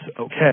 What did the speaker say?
okay